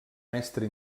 mestre